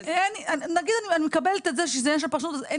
נגיד אני מקבלת את זה שזה עניין של פרשנות ואין